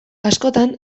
askotan